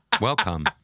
Welcome